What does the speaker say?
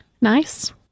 Nice